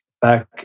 back